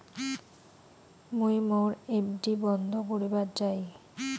মুই মোর এফ.ডি বন্ধ করিবার চাই